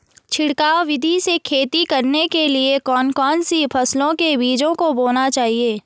छिड़काव विधि से खेती करने के लिए कौन कौन सी फसलों के बीजों को बोना चाहिए?